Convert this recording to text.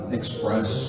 express